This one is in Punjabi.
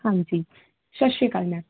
ਹਾਂਜੀ ਸਤਿ ਸ਼੍ਰੀ ਅਕਾਲ ਮੈਮ